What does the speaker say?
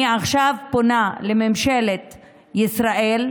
אני עכשיו פונה לממשלת ישראל,